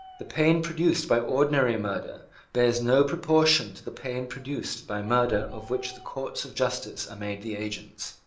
the pain produced by ordinary murder bears no proportion to the pain produced by murder of which the courts of justice are made the agents.